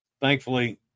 Thankfully